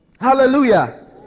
hallelujah